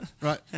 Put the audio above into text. Right